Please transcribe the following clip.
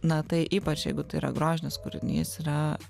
na tai ypač jeigu tai yra grožinis kūrinys yra